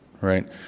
right